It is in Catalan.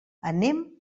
anem